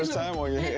ah time on your hands.